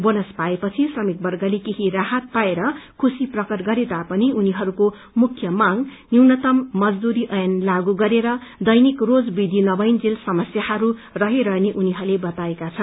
bonus पाएपछि श्रमिकवर्गले केही राहत पाएर खुशी प्रकट गरे तापनि उनीहरूको मुख्य माग न्यूनतम मजदूरी ऐन लागे गरेर दैनिक रोज वृद्धि नभइंजेल समस्याहरू रहिरहने उनीहरूले बताएका छन्